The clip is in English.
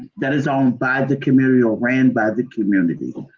that is owned by the community or ran by the community.